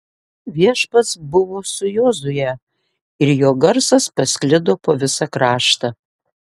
viešpats buvo su jozue ir jo garsas pasklido po visą kraštą